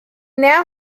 now